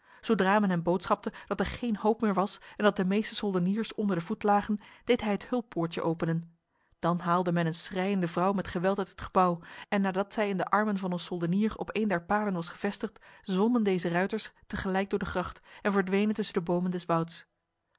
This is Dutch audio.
zodra men hem boodschapte dat er geen hoop meer was en dat de meeste soldeniers onder de voet lagen deed hij het hulppoortje openen dan haalde men een schreiende vrouw met geweld uit het gebouw en nadat zij in de armen van een soldenier op een der paarden was gevestigd zwommen deze ruiters tegelijk door de gracht en verdwenen tussen de bomen des wouds